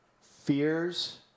fears